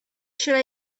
should